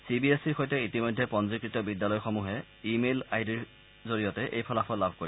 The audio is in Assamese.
চি বি এছ ইৰ সৈতে ইতিমধ্যে পঞ্জীকৃত বিদ্যালয়সমূহে ই মেইল আই ডিৰ জৰিয়তে এই ফলাফল লাভ কৰিব